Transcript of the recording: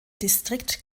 distrikt